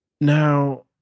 now